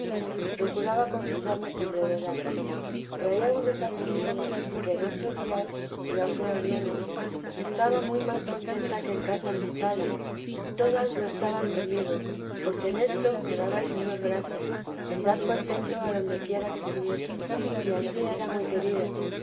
y procuraba confesarme con brevedad traía un desasosiego que en ocho días y aun creo en menos estaba muy vji la s w'ta íadre más conícnta que en casa de mi padre todas lo estaban conmigo porque en esto me daba el señor gracia en dar contento adondequiera que estuviese y ansí era muy querida